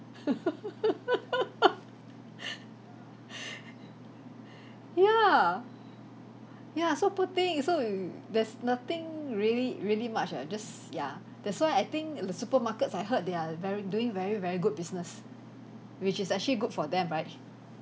ya ya so poor thing so there's nothing really really much you are just ya that's why I think the supermarkets I heard they are very doing very very good business which is actually good for them right